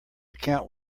account